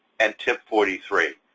and tip forty three.